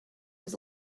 was